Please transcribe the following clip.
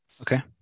Okay